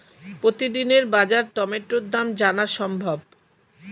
প্রতিদিনের বাজার টমেটোর দাম জানা সম্ভব?